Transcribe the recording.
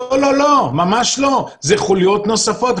לא, לא, לא, ממש לא, זה חוליות נוספות.